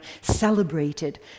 celebrated